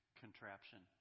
contraption